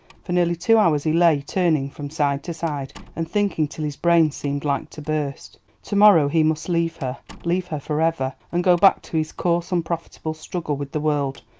for nearly two hours he lay turning from side to side, and thinking till his brain seemed like to burst. to-morrow he must leave her, leave her for ever, and go back to his coarse unprofitable struggle with the world,